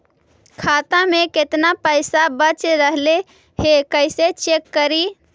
खाता में केतना पैसा बच रहले हे कैसे चेक करी?